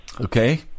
Okay